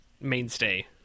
mainstay